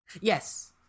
yes